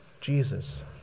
Jesus